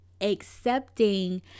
Accepting